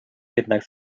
jednak